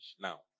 now